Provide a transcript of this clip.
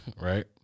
right